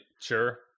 sure